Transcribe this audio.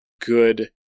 good